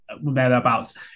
thereabouts